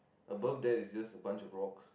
above there is just a bunch of rocks